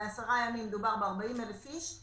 ב-10 ימים מדובר ב-40,000 אנשים.